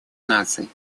наций